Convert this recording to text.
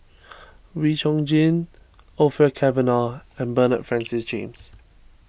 Wee Chong Jin Orfeur Cavenagh and Bernard Francis James